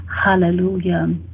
hallelujah